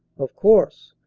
of course,